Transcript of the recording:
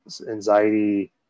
anxiety